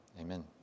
Amen